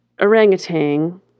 orangutan